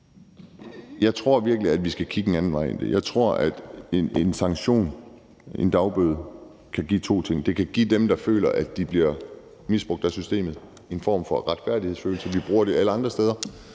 Jeg tror virkelig, at vi skal kigge en anden vej end det. Jeg tror, at en sanktion, en dagbøde, kan gøre noget. Det kan give dem, der føler, at de bliver misbrugt af systemet, en form for retfærdighedsfølelse. Vi bruger det alle andre steder,